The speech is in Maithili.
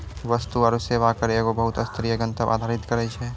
वस्तु आरु सेवा कर एगो बहु स्तरीय, गंतव्य आधारित कर छै